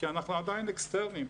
כי אנחנו עדיין אקסטרניים.